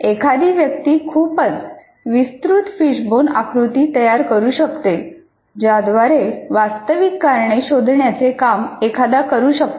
एखादी व्यक्ती खूपच विस्तृत फिशबोन आकृती तयार करू शकते ज्याद्वारे वास्तविक कारणे शोधण्याचे काम एखादा करू शकतो